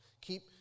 Keep